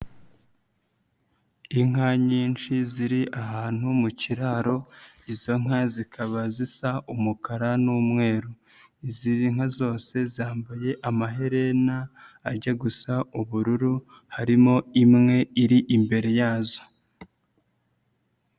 Inka nyinshi ziri ahantu mu kiraro izo nka zikaba zisa umukara n'umweru, izi nka zose zambaye amaherena ajya gusa ubururu harimo imwe iri imbere yazo.